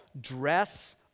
Dress